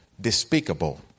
despicable